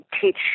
teach